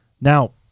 Now